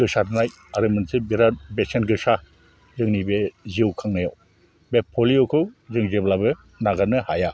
गोसारनाय आरो मोनसे बिराथ बेसेन गोसा जोंनि बे जिउ खांनायाव बे पलिअखौ जों जेब्लाबो नागारनो हाया